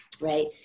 right